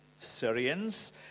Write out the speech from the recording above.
Syrians